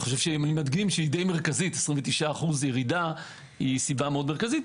29% אחוז ירידה היא סיבה מאוד מרכזית,